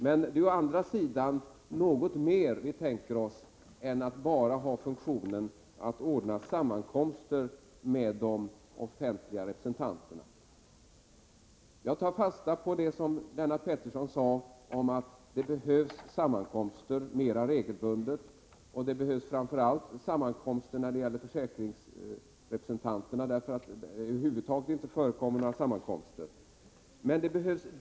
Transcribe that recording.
Men det är å andra sidan något mer vi tänker oss än att sekretariatet bara skall ha funktionen att ordna sammankomster med de offentliga representanterna. Jag tar fasta på det som Lennart Pettersson säger om att det behövs sammankomster mera regelbundet. Framför allt behövs sammankomster för försäkringsrepresentanterna, eftersom det över huvud taget inte förekommer några sådana på det området.